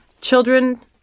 Children